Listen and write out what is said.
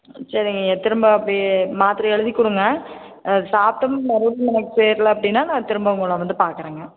சரிங்கய்யா திரும்ப அப்படியே மாத்திர எழுதிக் கொடுங்க அது சாப்பிட்டும் மறுபடியும் எனக்கு சேரல அப்படின்னா நான் திரும்ப உங்களை வந்து பார்க்குறேங்க